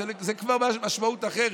זו כבר משמעות אחרת,